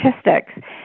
statistics